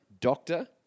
Doctor